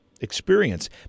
experience